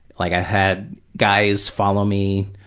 like had guys follow me